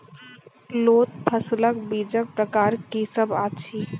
लोत फसलक बीजक प्रकार की सब अछि?